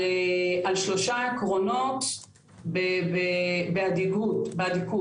לא היה בשל להביא את הפתרון8 באותו רגע.